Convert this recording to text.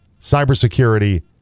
cybersecurity